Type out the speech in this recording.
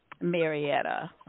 Marietta